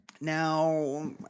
Now